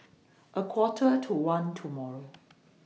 A Quarter to one tomorrow